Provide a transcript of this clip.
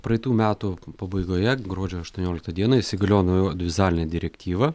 praeitų metų pabaigoje gruodžio aštuonioliktą dieną įsigalio nauja audiovizualinė direktyva